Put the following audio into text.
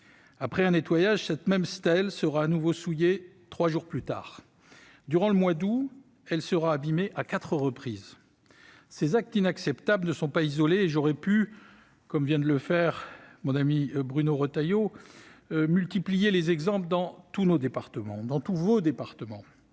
Après un nettoyage, cette même stèle sera de nouveau souillée trois jours plus tard. Durant le mois d'août 2021, elle sera abîmée à quatre reprises. Ces actes inacceptables ne sont pas isolés et j'aurais pu, comme vient de le faire mon ami Bruno Retailleau, multiplier les exemples dans tous nos départements ... Si de tels